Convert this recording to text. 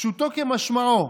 פשוטו כמשמעו,